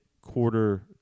quarter